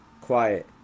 quiet